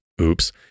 Oops